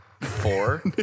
Four